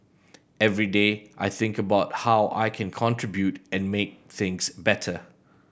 every day I think about how I can contribute and make things better